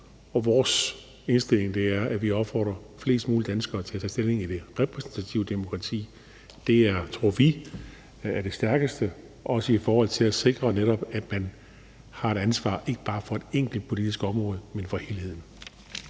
og vores indstilling er, at vi opfordrer flest mulige danskere til at tage stilling i det repræsentative demokrati. Det tror vi er det stærkeste, også i forhold til netop at sikre, at man ikke bare har et ansvar for et enkelt politisk område, men for helheden.